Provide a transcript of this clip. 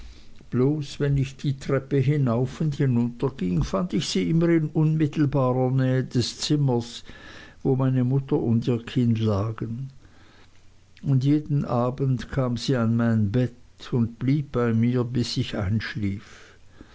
bloß wenn ich die treppe hinauf und hinunterging fand ich sie immer in unmittelbarer nähe des zimmers wo meine mutter und ihr kind lagen und jeden abend kam sie an mein bett und blieb bei mir bis ich einschlief